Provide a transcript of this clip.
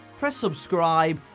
press subscribe.